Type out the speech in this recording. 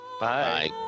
Bye